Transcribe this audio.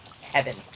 heaven